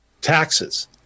taxes